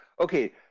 Okay